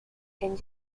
and